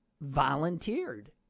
volunteered